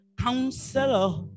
counselor